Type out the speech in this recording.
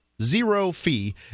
Zero-fee